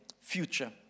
future